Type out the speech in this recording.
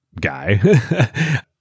guy